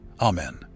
amen